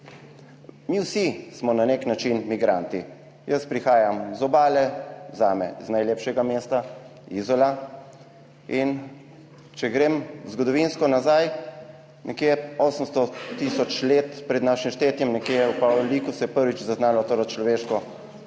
Mi vsi smo na nek način migranti, jaz prihajam z obale, zame iz najlepšega mesta, Izola in če grem zgodovinsko nazaj, nekje 800 tisoč let pred našim štetjem, nekje v / nerazumljivo/ se je prvič zaznalo torej človeško